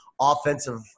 offensive